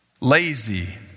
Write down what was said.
lazy